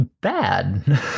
bad